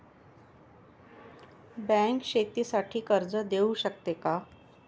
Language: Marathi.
बँक शेतीसाठी कर्ज देऊ शकते का?